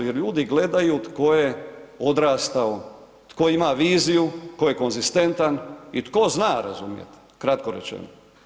Jer ljudi gledaju tko je odrastao, tko ima viziju, tko je konzistentan i tko zna razumjet, kratko rečeno.